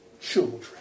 children